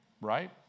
Right